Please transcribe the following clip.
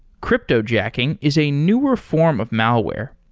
cryptojacking is a newer form of malware.